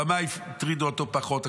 הבמה הטרידה אותו פחות.